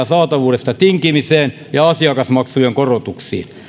saatavuudesta tinkimiseen ja asiakasmaksujen korotuksiin